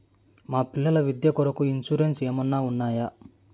మా పిల్లల విద్య కొరకు ఇన్సూరెన్సు ఏమన్నా ఉన్నాయా?